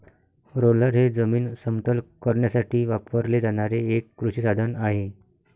roller हे जमीन समतल करण्यासाठी वापरले जाणारे एक कृषी साधन आहे